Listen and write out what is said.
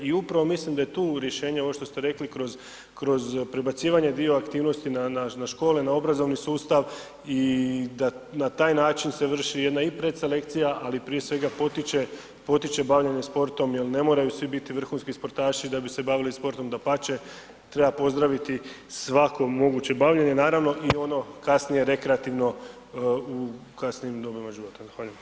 I upravo mislim da je tu rješenje, ovo što ste rekli kroz prebacivanje dio aktivnosti na škole, na obrazovni sustav i da na taj način se vrši jedna i predselekcija ali prije svega potiče, potiče bavljenje sportom, jer ne moraju svi biti vrhunski sportaši da bi se bavili sportom, dapače, treba pozdraviti svako moguće bavljenje naravno i ono kasnije rekreativno u kasnijim dobama života.